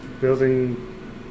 building